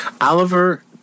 Oliver